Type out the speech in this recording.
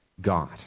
God